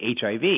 HIV